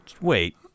Wait